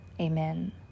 Amen